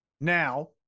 Now